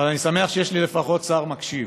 אבל אני שמח שיש לי לפחות שר מקשיב.